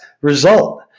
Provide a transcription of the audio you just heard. Result